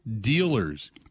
dealers